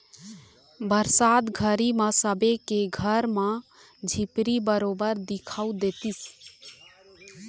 बरसात घरी म सबे के घर म झिपारी बरोबर दिखउल देतिस